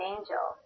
Angel